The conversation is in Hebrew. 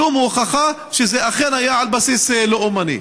שום הוכחה, שזה אכן היה על בסיס לאומני.